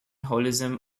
holism